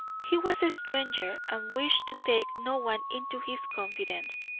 he was a stranger and wished to take no one into his confidence,